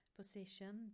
position